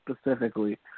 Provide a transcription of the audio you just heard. specifically